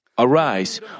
Arise